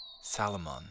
Salomon